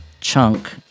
Chunk